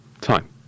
time